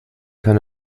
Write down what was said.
kann